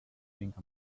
think